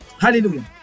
Hallelujah